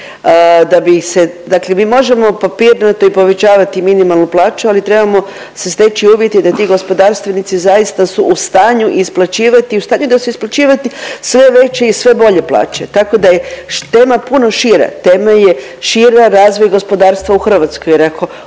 dakle mi možemo papirnato i povećavati minimalnu plaću, ali trebamo se steći uvjeti da ti gospodarstvenici zaista su u stanju i isplaćivati i u stanju da će isplaćivati sve veće i sve bolje plaće, tako da je tema puno šira, tema je šira razvoj gospodarstva u Hrvatskoj jer